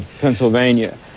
Pennsylvania